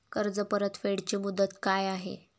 कर्ज परतफेड ची मुदत काय आहे?